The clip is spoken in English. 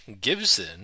Gibson